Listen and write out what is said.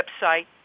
website